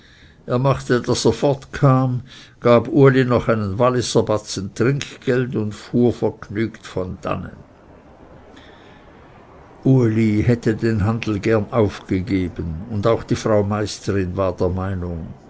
er machte daß er fortkam gab uli noch einen walliserbatzen trinkgeld und fuhr vergnügt von dannen uli hätte den handel gerne aufgegeben und auch die frau meisterin war der meinung